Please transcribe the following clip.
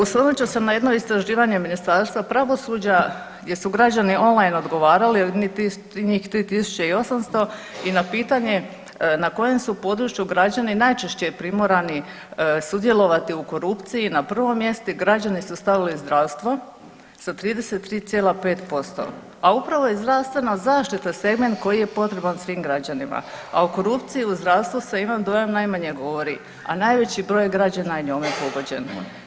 Osvrnut ću se na jedno istraživanje Ministarstva pravosuđa gdje su građani on line odgovarali njih 3800 i na pitanje na kojem su području građani najčešće primorani sudjelovati u korupciju, na prvo mjesto građani su stavili zdravstvo sa 33,5%, a upravo je zdravstvena zaštita segment koji je potreban svim građanima, a o korupciji u zdravstvu se imam dojam najmanje govori, a najveći broj građana je njome pogođen.